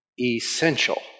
essential